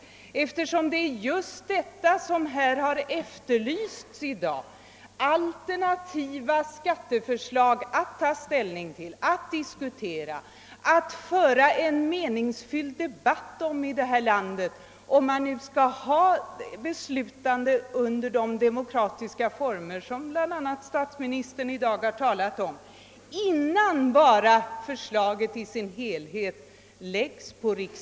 Vad som efterlysts i dag är just alternativa skatteförslag, som vi kan föra en meningsfull debatt kring och ta ställning till, innan det definitiva förslaget i dess helhet läggs på riksdagens bord. Alternativa förslag är naturligtvis nödvändiga, om vi skall fatta beslut i de demokratiska former som bl.a. statsministern i dag talat för.